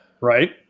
Right